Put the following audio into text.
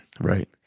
Right